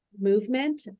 movement